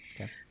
okay